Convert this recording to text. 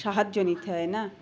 সাহায্য নিতে হয় না